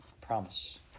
Promise